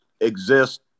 exist